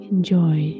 Enjoy